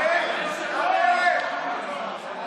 לדבר.